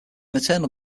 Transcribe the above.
maternal